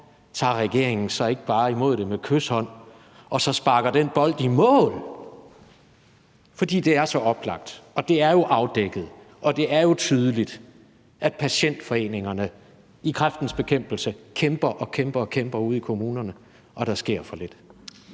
tager regeringen så ikke bare imod det med kyshånd og sparker den bold i mål? For det er så oplagt. Og det er jo afdækket. Og det er jo tydeligt, at patientforeningerne i Kræftens Bekæmpelse kæmper og kæmper ude i kommunerne – og der sker for lidt.